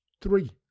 three